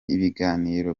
ibiganiro